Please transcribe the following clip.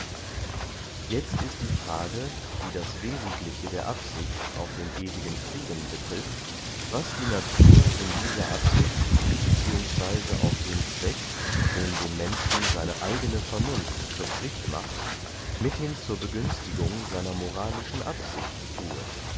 jetzt ist die frage die das wesentliche der absicht auf den ewigen frieden betrifft was die natur in dieser absicht beziehungsweise auf den zweck den dem menschen seine eigene vernunft zur pflicht macht mithin zu begünstigung seiner moralischen absicht thue